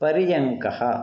पर्यङ्कः